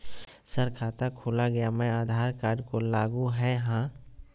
Sir खाता खोला गया मैं आधार कार्ड को लागू है हां?